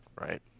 right